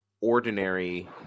ordinary